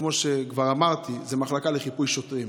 כמו שכבר אמרתי, זו מחלקה לחיפוי שוטרים.